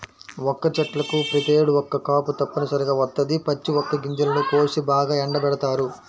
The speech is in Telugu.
వక్క చెట్లకు ప్రతేడు ఒక్క కాపు తప్పనిసరిగా వత్తది, పచ్చి వక్క గింజలను కోసి బాగా ఎండబెడతారు